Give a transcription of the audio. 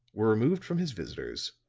were removed from his visitors,